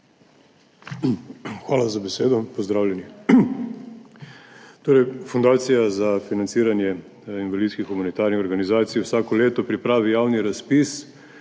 Hvala za besedo. Pozdravljeni! Fundacija za financiranje invalidskih humanitarnih organizacij vsako leto pripravi javni razpis,